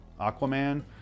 Aquaman